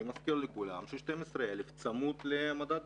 אני מזכיר לכולם ש-12,000 ש"ח צמוד למדד